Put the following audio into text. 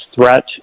threat